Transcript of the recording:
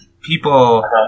people